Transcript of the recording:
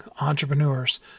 entrepreneurs